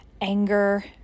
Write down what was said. anger